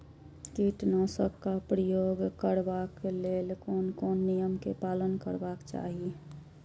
कीटनाशक क प्रयोग करबाक लेल कोन कोन नियम के पालन करबाक चाही?